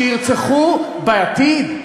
שירצחו בעתיד?